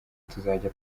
tuzajya